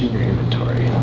inventory.